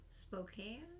Spokane